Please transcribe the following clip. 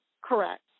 Correct